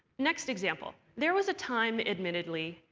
next example. there was a time, admittedly,